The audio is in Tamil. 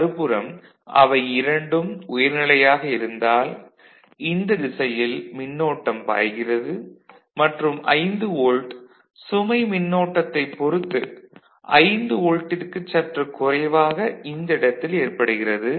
மறுபுறம் அவை இரண்டும் உயர்நிலையாக இருந்தால் இந்த திசையில் மின்னோட்டம் பாய்கிறது மற்றும் 5 வோல்ட் சுமை மின்னோட்டத்தைப் பொறுத்து 5 வோல்ட்டிற்குச் சற்று குறைவாக இந்த இடத்தில் ஏற்படுகிறது